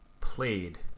played